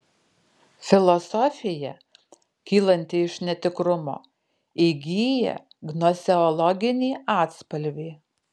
filosofija kylanti iš netikrumo įgyja gnoseologinį atspalvį